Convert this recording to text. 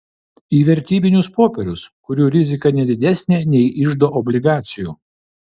į vertybinius popierius kurių rizika ne didesnė nei iždo obligacijų